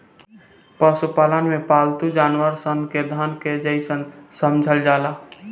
पशुपालन में पालतू जानवर सन के धन के जइसन समझल जाला